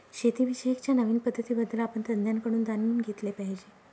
शेती विषयी च्या नवीन पद्धतीं बद्दल आपण तज्ञांकडून जाणून घेतले पाहिजे